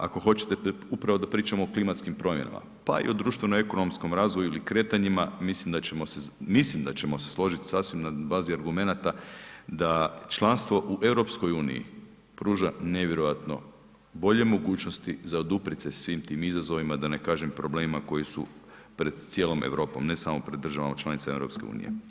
Ako hoćete upravo da pričamo o klimatskim promjenama, pa i o društveno ekonomskom razvoju ili kretanjima mislim da ćemo se složiti sasvim na bazi argumenata da članstvo u EU pruža nevjerojatno bolje mogućnosti za oduprijet se svim tim izazovima da ne kažem problemima koji su pred cijelom Europom, ne samo pred državama članica EU.